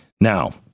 Now